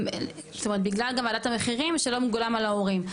זאת אומרת בגלל גם ועדת המחירים שלא מגולם על ההורים?